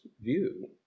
view